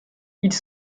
ils